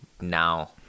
now